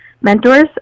mentors